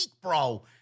bro